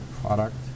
product